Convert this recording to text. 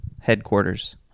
Headquarters